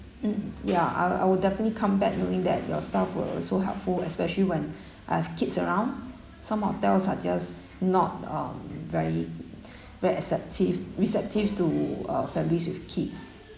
mm ya I'll I'll definitely come back knowing that your staff were so helpful especially when I have kids around some hotels are just not um very very acceptive receptive to uh families with kids